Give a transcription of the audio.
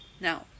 now